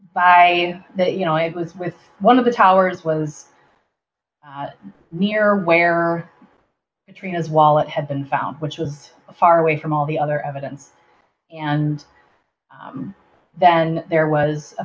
by that you know it was with one of the towers was near where between his wallet had been found which was far away from all the other evidence and then there was a